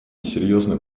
серьезно